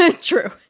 True